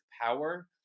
power